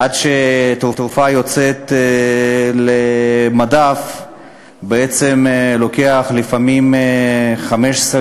עד שתרופה יוצאת למדף בעצם לוקח לפעמים 15,